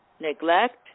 neglect